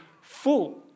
full